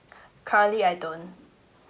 currently I don't